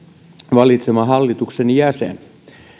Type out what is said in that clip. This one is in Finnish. valitsema hallituksen jäsen